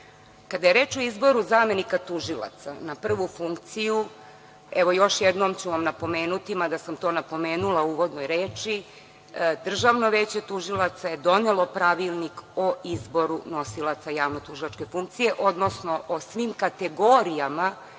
je reč o izboru zamenika tužilaca na prvu funkciju, evo, još jednom ću vam napomenuti, mada sam to napomenula u uvodnoj reči, DVT je donelo Pravilnik o izboru nosilaca javnotužilačke funkcije, odnosno o svim kategorijama